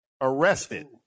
arrested